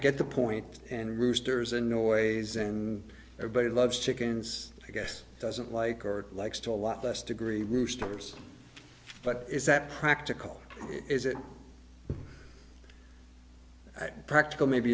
get the point and roosters and noise and everybody loves chickens i guess doesn't like or likes to a lot of us degree roosters but is that practical is it practical maybe